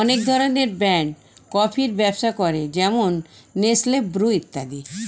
অনেক ধরনের ব্র্যান্ড কফির ব্যবসা করে যেমন নেসলে, ব্রু ইত্যাদি